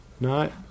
No